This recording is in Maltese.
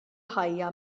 ħajja